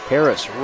Harris